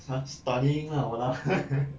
!huh! studying lah !walao!